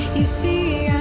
you see